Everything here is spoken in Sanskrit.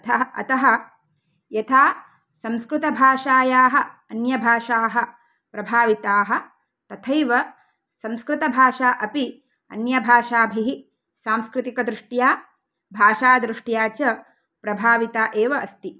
अथः अतः यथा संस्कृतभाषायाः अन्यभाषाः प्रभाविताः तथैव संस्कृतभाषा अपि अन्यभाषाभिः सांस्कृतिकदृष्ट्या भाषादृष्ट्याः च प्रभाविता एव अस्ति